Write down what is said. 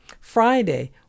Friday